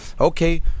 okay